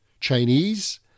Chinese